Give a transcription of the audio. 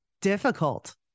difficult